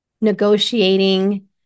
negotiating